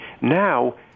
now